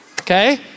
okay